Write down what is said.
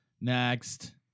next